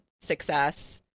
success